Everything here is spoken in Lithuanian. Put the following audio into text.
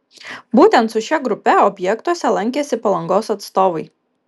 būtent su šia grupe objektuose lankėsi palangos atstovai